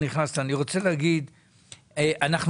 רוצה להגיד כמה דברים גם לך,